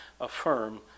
affirm